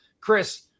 Chris